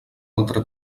altre